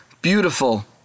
beautiful